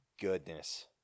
goodness